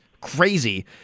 crazy